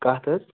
کَتھ حظ